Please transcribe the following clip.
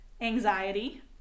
anxiety